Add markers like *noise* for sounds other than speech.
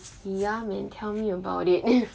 ya man tell me about it *laughs*